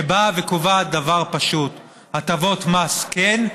שבאה וקובעת דבר פשוט: הטבות מס כן,